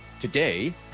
today